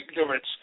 ignorance